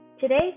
Today